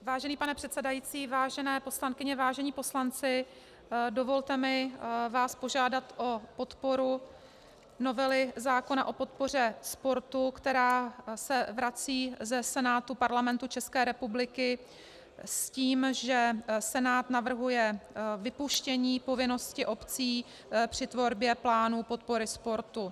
Vážený pane předsedající, vážené poslankyně, vážení poslanci, dovolte mi vás požádat o podporu novely zákona o podpoře sportu, která se vrací ze Senátu Parlamentu České republiky s tím, že Senát navrhuje vypuštění povinnosti obcí při tvorbě plánu podpory sportu.